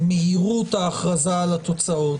למהירות ההכרזה על התוצאות.